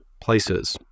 places